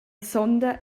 sonda